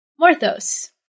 Morthos